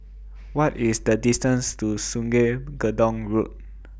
What IS The distance to Sungei Gedong Road